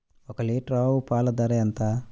ఒక్క లీటర్ ఆవు పాల ధర ఎంత?